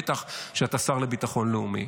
בטח כשאתה שר לביטחון לאומי.